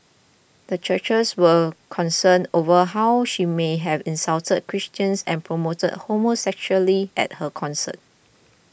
the churches were concerned over how she may have insulted Christians and promoted homosexuality at her concert